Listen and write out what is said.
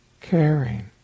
caring